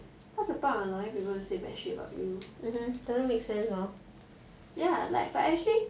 what's the point of allowing people say bad shit about you it doesn't make sense lor ya like but actually